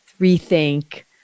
rethink